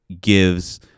gives